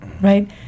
right